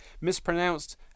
mispronounced